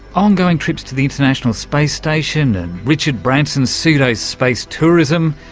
ongoing trips to the international space station and richard branson's pseudo space tourism,